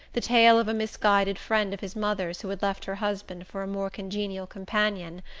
the tale of a misguided friend of his mother's who had left her husband for a more congenial companion,